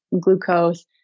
glucose